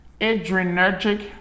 adrenergic